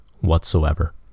whatsoever